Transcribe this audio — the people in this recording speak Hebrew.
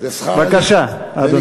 זה שכר, בבקשה, אדוני.